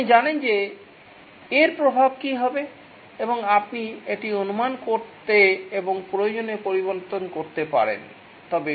আপনি জানেন যে এর প্রভাব কী হবে এবং আপনি এটি অনুমান করতে এবং প্রয়োজনীয় পরিবর্তন করতে পারেন